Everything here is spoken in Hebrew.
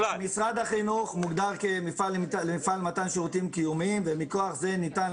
משרד החינוך מוגדר כמפעל למתן שירותים קיומיים ומכוח זה ניתן